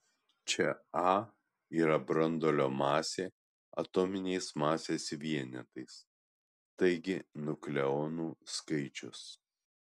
čia a yra branduolio masė atominiais masės vienetais taigi nukleonų skaičius